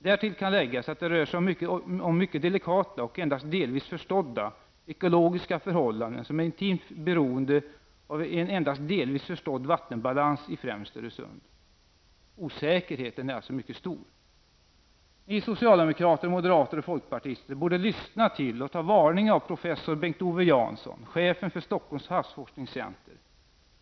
Därtill kan läggas att det rör sig om mycket delikata och endast delvis förstådda ekologiska förhållanden som är intimt beroende av en endast delvis förstådd vattenbalans i främst Öresund. Osäkerheten är alltså mycket stor. Ni socialdemokrater, moderater och folkpartister borde lyssna till och ta varning av professor Bengt Ove Jansson, chefen för Stockholms havsforskningscenter.